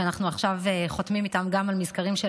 ואנחנו עכשיו חותמים איתן גם על מזכרים של